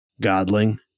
Godling